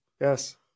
Yes